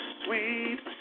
sweet